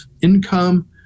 income